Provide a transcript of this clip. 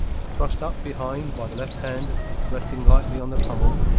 thrust up behind by the left hand resting lightly on the pummel,